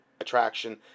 attraction